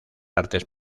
artes